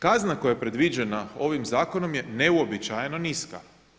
Kazna koja je predviđena ovim zakonom je neuobičajeno niska.